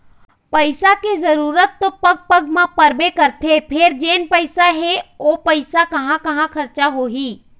पइसा के जरूरत तो पग पग म परबे करथे फेर जेन पइसा हे ओ पइसा कहाँ कहाँ खरचा होही